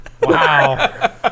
Wow